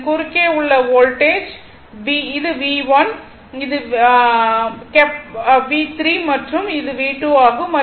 இதன் குறுக்கே உள்ள வோல்டேஜ் இது V1 இது V2 மற்றும் இது V3 ஆகும்